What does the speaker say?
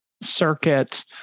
circuit